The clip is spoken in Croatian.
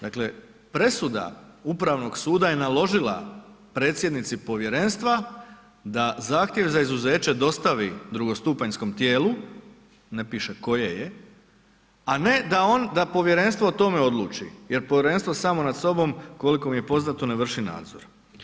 Dakle, presuda Upravnog suda je naložila predsjednici povjerenstva da zahtjev za izuzeće dostavi drugostupanjskom tijelu, ne piše koje je, a ne da povjerenstvo o tome odluči jer povjerenstvo samo nad sobom, koliko mi je poznato, ne vrši nadzor.